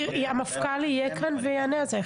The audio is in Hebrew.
המפכ"ל יהיה כאן ויענה על זה.